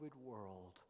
world